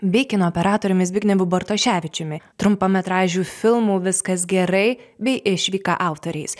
bei kino operatoriumi zbignevu bartoševičiumi trumpametražių filmų viskas gerai bei išvyka autoriais